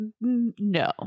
No